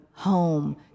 home